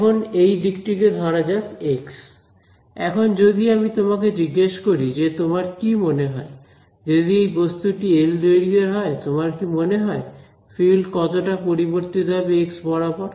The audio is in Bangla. এখন এই দিক টিকে ধরা যাক এক্স এখন যদি আমি তোমাকে জিজ্ঞেস করি যে তোমার কি মনে হয় যদি এই বস্তুটি এল দৈর্ঘ্যের হয় তোমার কি মনে হয় ফিল্ড কতটা পরিবর্তিত হবে এক্স বরাবর